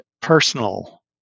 personal